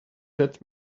that